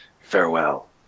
Farewell